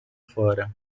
fora